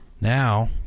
now